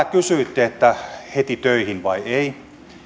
kysyitte että heti töihinkö vai ei